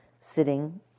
sitting